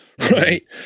Right